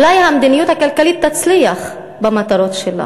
אולי המדיניות הכלכלית תצליח במטרות שלה,